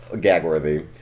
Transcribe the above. gag-worthy